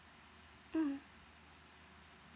mm